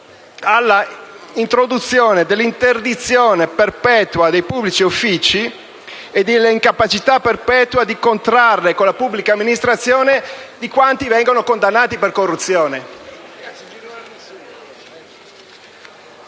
all'introduzione dell'interdizione perpetua dai pubblici uffici e dell'incapacità perpetua di contrarre con la pubblica amministrazione per quanti vengano condannati per corruzione.